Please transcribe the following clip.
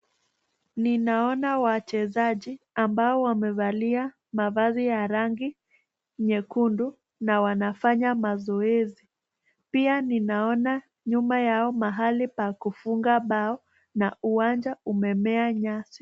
Ninaona wachezaji ambao wamevalia mavazi ya rangi nyekundu, na wanafanya mazoezi pia ninaona nyuma yao mahali pakufunga bao, na uwanja umemea nyasi.